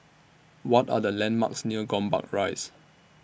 What Are The landmarks near Gombak Rise